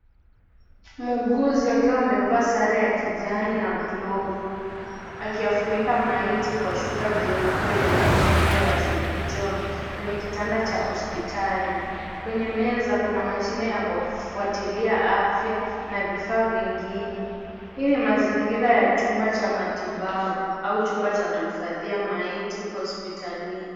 Muguzi akiwa amevaa sare ya kijani na glovu. Akiyafunika maiti kwa shuka jeupe lenye nembo ya St John kwenye kitanda cha hospitali. Kwenye meza kuna mashine ya kufuatilia afya na vifaa vingine. Hii ni mazingira ya chumba cha matibabu au chumba cha kuhifadhia maiti hospitalini.